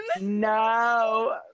No